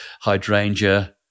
hydrangea